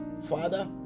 father